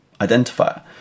identifier